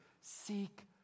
seek